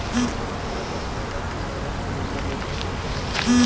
ई बीमा खाता पसंदीदा इंश्योरेंस रिपोजिटरी कंपनी चुनो हइ